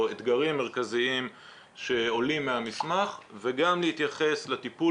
אתגרים מרכזיים שעולים מהמסמך וגם להתייחס לטיפול